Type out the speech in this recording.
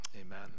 Amen